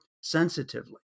sensitively